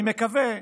אני מקווה,